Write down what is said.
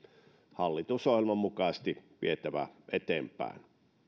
hallitusohjelman mukaisesti vietävä eteenpäin